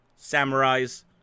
samurais